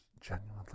genuinely